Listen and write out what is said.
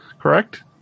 Correct